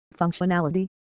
functionality